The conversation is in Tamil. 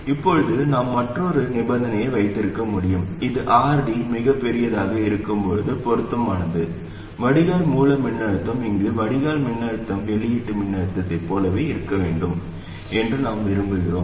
இப்போது நாம் மற்றொரு நிபந்தனையை வைத்திருக்க முடியும் இது RD மிகப் பெரியதாக இருக்கும்போது பொருத்தமானது வடிகால் மூல மின்னழுத்தம் இங்கு வடிகால் மின்னழுத்தம் வெளியீட்டு மின்னழுத்தத்தைப் போலவே இருக்க வேண்டும் என்று நாம் விரும்புகிறோம்